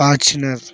Fortuner